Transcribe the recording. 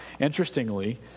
Interestingly